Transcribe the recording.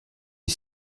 est